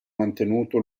mantenuto